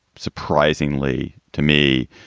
surprisingly to me,